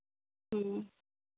ᱦᱩᱸ